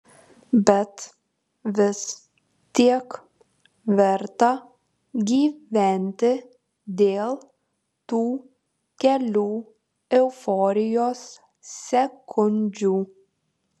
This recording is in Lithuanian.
bet vis tiek verta gyventi dėl tų kelių euforijos sekundžių